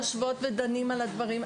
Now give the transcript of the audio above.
הוועדות יושבות ודנים על הדברים.